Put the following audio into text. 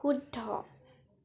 শুদ্ধ